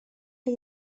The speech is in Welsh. chi